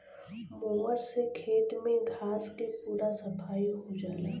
mower से खेत में घास के पूरा सफाई हो जाला